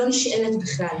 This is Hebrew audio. לא נשאלת.